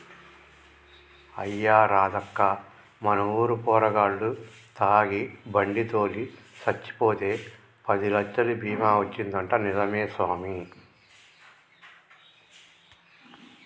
అయ్యా రాదక్కా మన ఊరు పోరగాల్లు తాగి బండి తోలి సచ్చిపోతే పదిలచ్చలు బీమా వచ్చిందంటా నిజమే సామి